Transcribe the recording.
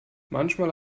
manchmal